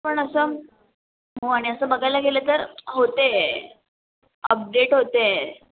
पण असं हो आणि असं बघायला गेलं तर होते आहे अपडेट होते आहे